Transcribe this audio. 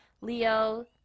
Leo